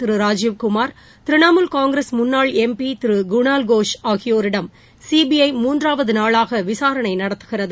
திரு ராஜுவ்குமார் திரிணாமுல் காங்கிரஸ் எம்பிதிருகுணால் கோஷ் ஆகியோரிடம் ச்பிஜ மூன்றாவதுநாளாகவிசாரணைநடத்துகிறது